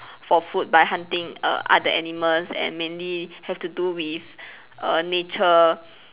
for food by hunting err other animals and mainly have to do with err nature